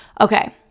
Okay